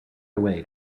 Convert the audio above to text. away